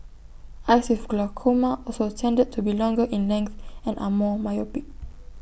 eyes with glaucoma also tended to be longer in length and are more myopic